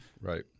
right